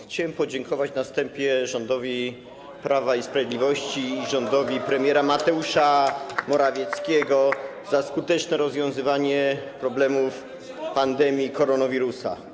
Chciałbym podziękować na wstępie rządowi Prawa i Sprawiedliwości [[Wesołość na sali, oklaski]] i rządowi premiera Mateusza Morawieckiego za skuteczne rozwiązywanie problemów pandemii koronawirusa.